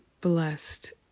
blessed